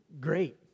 great